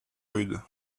rude